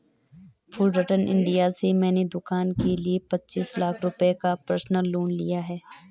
Fullerton India से मैंने दूकान के लिए पचीस लाख रुपये का पर्सनल लोन लिया है